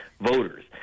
voters